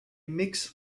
mix